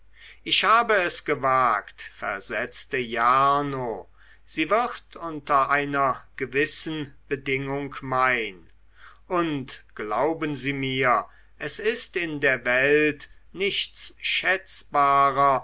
ich habe es gewagt versetzte jarno sie wird unter einer gewissen bedingung mein und glauben sie mir es ist in der welt nichts